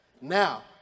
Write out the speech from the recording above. Now